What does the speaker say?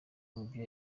mubyo